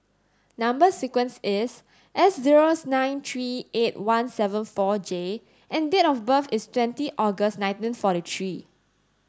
number sequence is S zeros nine three eight one seven four J and date of birth is twenty August nineteen forty three